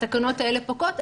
התקנות האלה פוקעות,